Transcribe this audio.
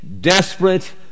desperate